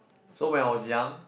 so when I was young